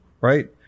right